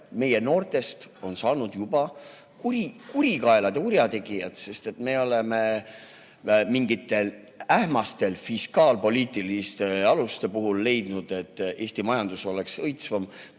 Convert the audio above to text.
meie noortest on saanud juba kurikaelad ja kurjategijad, sest me oleme mingitel ähmastel fiskaalpoliitilistel [kaalutlustel] leidnud, et Eesti majandus oleks õitsvam,